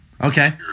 Okay